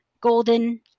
golden